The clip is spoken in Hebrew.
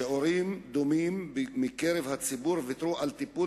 שיעורים דומים בקרב הציבור ויתרו על טיפול